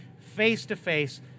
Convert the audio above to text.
face-to-face